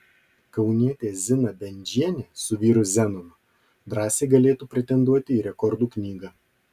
kaunietė zina bendžienė su vyru zenonu drąsiai galėtų pretenduoti į rekordų knygą